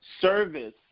service